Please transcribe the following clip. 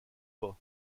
pas